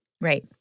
Right